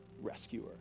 rescuer